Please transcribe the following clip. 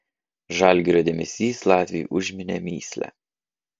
žalgirio dėmesys latviui užminė mįslę